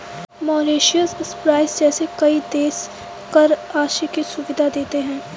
Mauritius, Cyprus जैसे कई देश कर आश्रय की सुविधा देते हैं